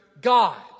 God